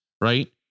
right